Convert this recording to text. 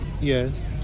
Yes